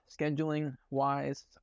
scheduling-wise